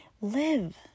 Live